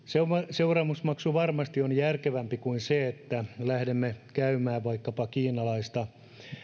seuraamusmaksu varmasti on järkevämpi kuin se että lähdemme käymään vaikkapa kiinalaista